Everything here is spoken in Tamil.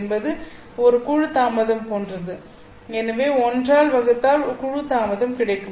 என்பது ஒரு குழு தாமதம் போன்றது எனவே ஒன்றால் வகுத்தால் குழு தாமதம் கிடைக்கும்